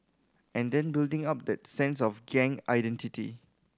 and then building up that sense of gang identity